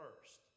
first